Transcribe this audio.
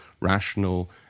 rational